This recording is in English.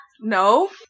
No